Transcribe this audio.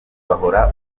bahora